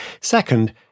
Second